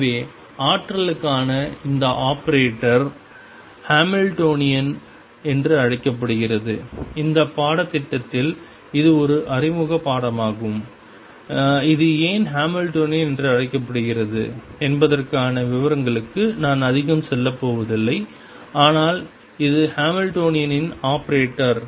எனவே ஆற்றலுக்கான இந்த ஆபரேட்டர் ஹாமில்டோனியன் என்று அழைக்கப்படுகிறது இந்த பாடத்திட்டத்தில் இது ஒரு அறிமுக பாடமாகும் இது ஏன் ஹாமில்டோனியன் என்று அழைக்கப்படுகிறது என்பதற்கான விவரங்களுக்கு நான் அதிகம் செல்லப் போவதில்லை ஆனால் இது ஹாமில்டோனியன் ஆபரேட்டர்